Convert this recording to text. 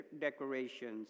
decorations